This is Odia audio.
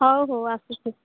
ହଉ ହଉ ଆସୁଛି